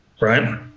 Right